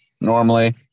normally